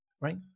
Right